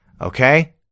okay